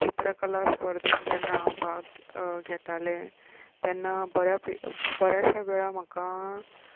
चित्रकला स्पर्धेन जेन्ना हांव भाग घेतालें तेन्ना बऱ्या बऱ्याश्या वेळार म्हाका